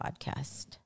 podcast